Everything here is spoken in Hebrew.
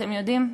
ואתם יודעים,